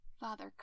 Father